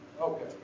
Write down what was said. Okay